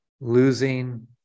losing